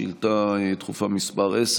שאילתה דחופה מס' 10,